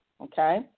Okay